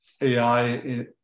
AI